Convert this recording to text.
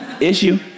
Issue